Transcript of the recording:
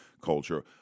culture